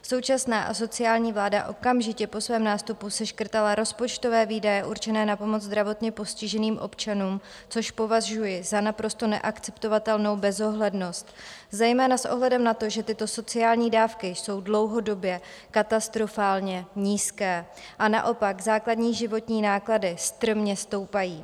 Současná asociální vláda okamžitě po svém nástupu seškrtala rozpočtové výdaje určené na pomoc zdravotně postiženým občanům, což považuji za naprosto neakceptovatelnou bezohlednost, zejména s ohledem na to, že tyto sociální dávky jsou dlouhodobě katastrofálně nízké a naopak základní životní náklady strmě stoupají.